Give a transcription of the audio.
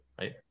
Right